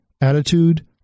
attitude